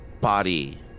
body